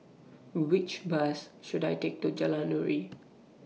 Which Bus should I Take to Jalan Nuri